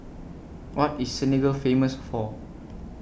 What IS Senegal Famous For